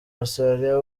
australia